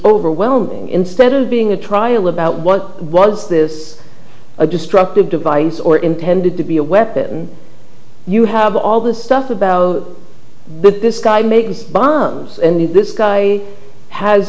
overwhelming instead of being a trial about what was this a destructive device or intended to be a weapon you have all this stuff about this guy making bombs and this guy has